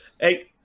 Hey